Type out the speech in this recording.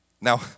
Now